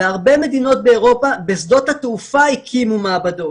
בהרבה מדינות באירופה בשדות התעופה הקימו מעבדות